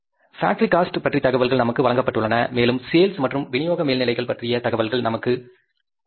factory cost பற்றிய தகவல்கள் நமக்கு வழங்கப்பட்டுள்ளன மேலும் சேல்ஸ் மற்றும் விநியோக மேல்நிலைகள் பற்றிய தகவல்கள் நமக்கு வழங்கப்படுகின்றன